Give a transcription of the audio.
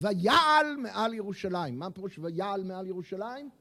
ויעל מעל ירושלים. מה פירוש ויעל מעל ירושלים?